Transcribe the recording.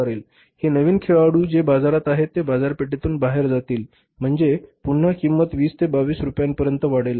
हे नवीन खेळाडू जे बाजारात आहेत ते बाजारपेठेतून बाहेर जातील म्हणजे पुन्हा किंमत 20 ते 22 रुपयांपर्यंत वाढेल